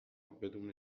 بدون